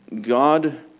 God